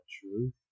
truth